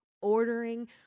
Ordering